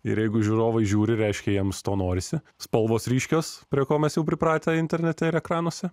ir jeigu žiūrovai žiūri reiškia jiems to norisi spalvos ryškios prie ko mes jau pripratę internete ir ekranuose